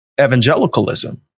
evangelicalism